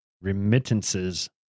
remittances